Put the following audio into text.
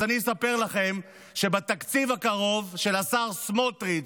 אז אני אספר לכם שבתקציב הקרוב של השר סמוטריץ',